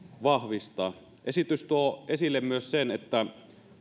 vahvistaa esitys tuo esille myös sen että